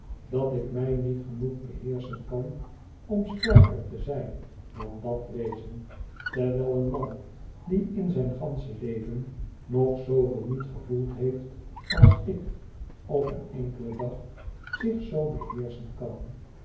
dat ik mij niet genoeg beheerschen kan om sterker te zijn dan dat wezen terwijl een man die in zijn gansche leven nog zooveel niet gevoeld heeft als ik op een enkelen dag zich z beheerschen kan